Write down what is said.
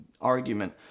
argument